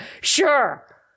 sure